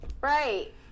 Right